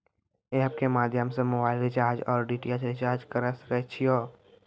App के माध्यम से मोबाइल रिचार्ज ओर डी.टी.एच रिचार्ज करऽ सके छी यो?